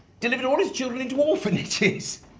delivered all his children into orphanages.